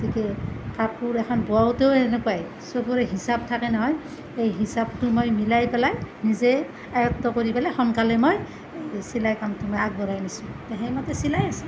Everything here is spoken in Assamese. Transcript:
গতিকে কাপোৰ এখন বওঁতেও এনেকুৱাই চকুৰে হিচাপ থাকে নহয় এই হিচাপটো মই মিলাই পেলাই নিজে আয়ত্ব কৰি পেলাই সোনকালে মই চিলাই কামটো মই আগবঢ়াই নিছোঁ তো সেইমতে চিলাই আছোঁ